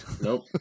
Nope